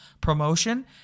promotion